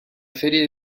serie